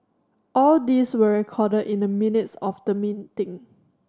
all these were recorded in the minutes of the meeting